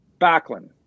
Backlund